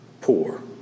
poor